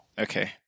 Okay